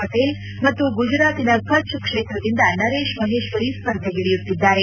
ಪಟೇಲ್ ಮತ್ತು ಗುಜರಾತಿನ ಕಚ್ ಕ್ಷೇತ್ರದಿಂದ ನರೇಶ್ ಮಹೇಶ್ವರಿ ಸ್ಪರ್ಧೆಗಿಳಿಯುತ್ತಿದ್ದಾರೆ